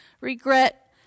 regret